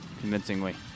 convincingly